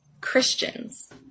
Christians